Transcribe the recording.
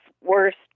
worst